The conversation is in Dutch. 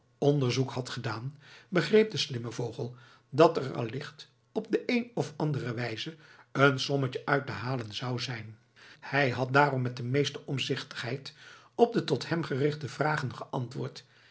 onderzoek had gedaan begreep de slimme vogel dat er allicht op de een of andere wijze een sommetje uit te halen zou zijn hij had daarom met de meeste omzichtigheid op de tot hem gerichte vragen geantwoord